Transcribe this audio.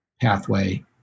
pathway